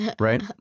right